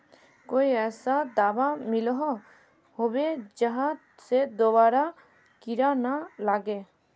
कोई ऐसा दाबा मिलोहो होबे जहा से दोबारा कीड़ा ना लागे?